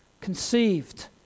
conceived